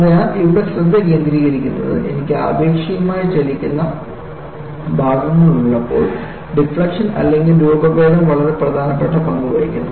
അതിനാൽ ഇവിടെ ശ്രദ്ധ കേന്ദ്രീകരിക്കുന്നത് എനിക്ക് ആപേക്ഷികമായി ചലിക്കുന്ന ഭാഗങ്ങൾ ഉള്ളപ്പോൾ ഡിഫ്ളക്ഷൻ അല്ലെങ്കിൽ രൂപഭേദം വളരെ പ്രധാനപ്പെട്ട പങ്ക് വഹിക്കുന്നു